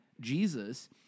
Jesus